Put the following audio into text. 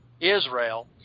Israel